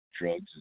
drugs